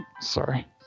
sorry